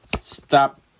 stop